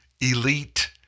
elite